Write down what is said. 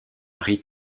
rite